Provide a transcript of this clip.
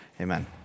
Amen